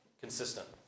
consistent